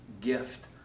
gift